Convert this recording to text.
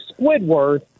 Squidward